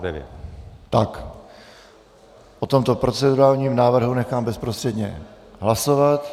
O tomto procedurálním návrhu nechám bezprostředně hlasovat.